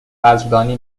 قدردانی